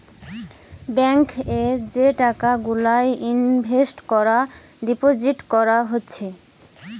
bank এ যে টাকা গুলা ইনভেস্ট আর ডিপোজিট কোরা হচ্ছে